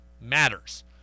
matters